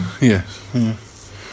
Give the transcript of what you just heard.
Yes